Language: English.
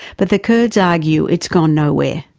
but the kurds argue it's gone nowhere.